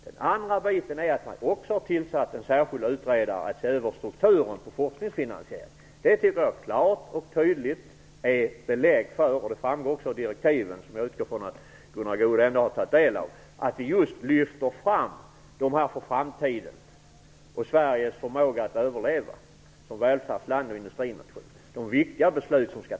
Den andra biten är att man också har tillsatt en särskild utredare för att se över strukturen för forskningsfinansieringen. Det framgår klart och tydligt av direktiven, som jag utgår från att Gunnar Goude har tagit del av, att vi lyfter fram de här frågorna för framtiden och för Sveriges förmåga att överleva som välfärdsland och industrination.